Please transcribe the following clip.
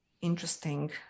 interesting